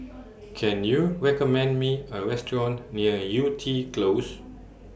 Can YOU recommend Me A Restaurant near Yew Tee Close